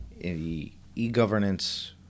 e-governance